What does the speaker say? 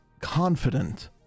confident